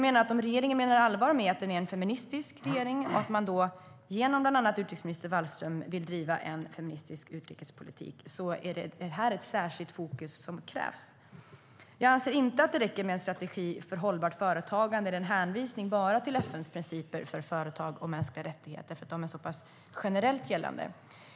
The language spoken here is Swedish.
Menar regeringen allvar med att man är en feministisk regering och att man genom bland andra utrikesminister Wallström vill driva en feministisk utrikespolitik krävs detta särskilda fokus. Det räcker inte med en strategi för hållbart företagande eller med en hänvisning till FN:s principer för företag och mänskliga rättigheter eftersom de är så generella.